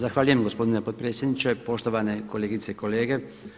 Zahvaljujem gospodine potpredsjedniče, poštovane kolegice i kolege.